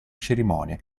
cerimonie